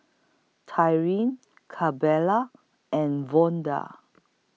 Tyrin and Vonda